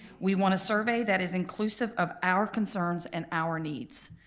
we want a survey that is inclusive of our concerns and our needs.